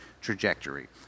trajectory